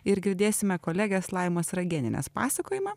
ir girdėsime kolegės laimos ragėnienės pasakojimą